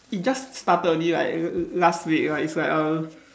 it just started only like last week like it's like a